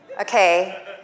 Okay